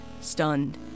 stunned